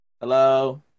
hello